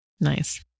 Nice